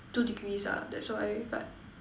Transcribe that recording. two degrees ah that's why but